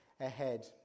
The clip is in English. ahead